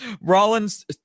Rollins